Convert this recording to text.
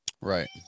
right